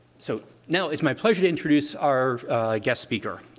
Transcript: so now it's my pleasure to introduce our guest speaker,